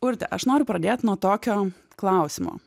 urte aš noriu pradėt nuo tokio klausimo